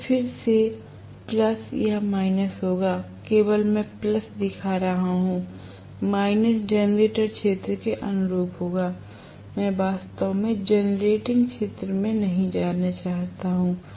यह फिर से प्लस या माइनस होगा केवल मैं प्लस दिखा रहा हूं माइनस जनरेटर क्षेत्र के अनुरूप होगा मैं वास्तव में जनरेटिंग क्षेत्र में नहीं जा रहा हूं